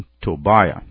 Tobiah